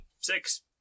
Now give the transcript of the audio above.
six